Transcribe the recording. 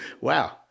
wow